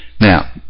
Now